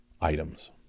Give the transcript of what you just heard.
items